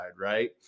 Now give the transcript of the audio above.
right